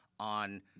on